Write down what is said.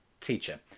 teacher